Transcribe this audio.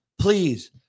Please